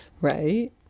right